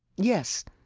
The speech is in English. yes.